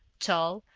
tall,